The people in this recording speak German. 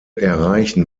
erreichen